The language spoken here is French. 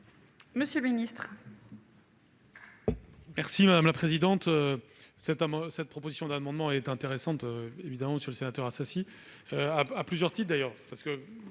Monsieur le ministre,